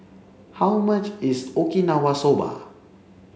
how much is okinawa soba